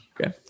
Okay